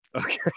Okay